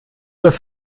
dass